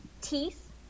teeth